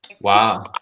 Wow